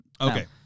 Okay